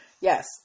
Yes